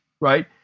right